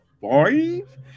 five